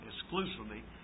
exclusively